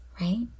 right